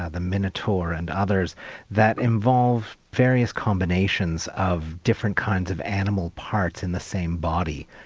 ah the minotaur and others that involve various combinations of different kinds of animal parts in the same body,